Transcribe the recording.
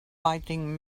fighting